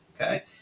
okay